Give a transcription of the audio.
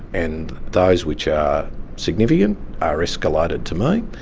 and those which are significant are escalated to me,